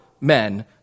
men